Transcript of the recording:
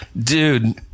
dude